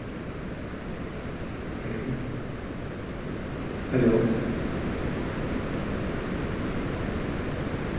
hello hello